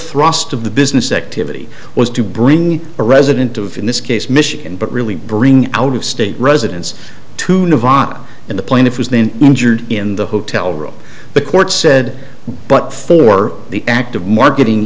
thrust of the business activity was to bring a resident of in this case michigan but really bring out of state residents to nevada in the plaintiff has been injured in the hotel room the court said but for the act of more getting